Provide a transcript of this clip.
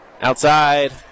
Outside